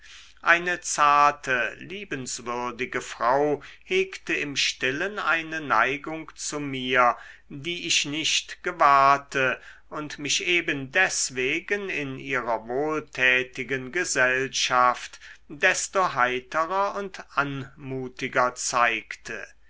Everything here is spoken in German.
eine zarte liebenswürdige frau hegte im stillen eine neigung zu mir die ich nicht gewahrte und mich eben deswegen in ihrer wohltätigen gesellschaft desto heiterer und anmutiger zeigte